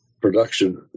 production